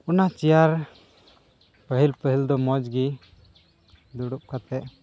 ᱚᱱᱟ ᱪᱮᱭᱟᱨ ᱯᱟᱹᱦᱤᱞ ᱯᱟᱹᱦᱤᱞ ᱫᱚ ᱢᱚᱡᱽ ᱜᱮ ᱫᱩᱲᱩᱵ ᱠᱟᱛᱮᱫ